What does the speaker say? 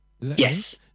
Yes